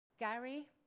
Gary